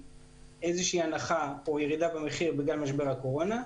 איזושהי הנחה או ירידה במחיר בגלל משבר הקורונה.